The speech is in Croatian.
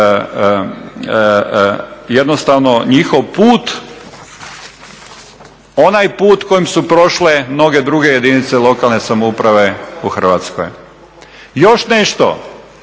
jednostavno njihov put, onaj put kojim su prošle mnoge druge jedinice lokalne samouprave u Hrvatskoj. Još nešto.